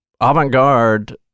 avant-garde